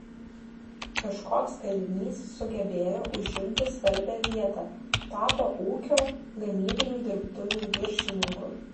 kažkoks kalinys sugebėjo užimti svarbią vietą tapo ūkio gamybinių dirbtuvių viršininku